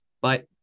Bye